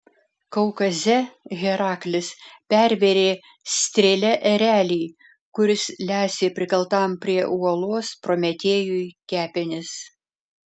kaukaze heraklis pervėrė strėle erelį kuris lesė prikaltam prie uolos prometėjui kepenis